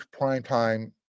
primetime